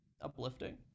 uplifting